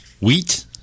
wheat